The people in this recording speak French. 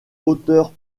auteur